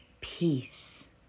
peace